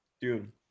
Dude